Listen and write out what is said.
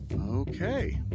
Okay